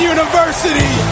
University